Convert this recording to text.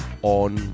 on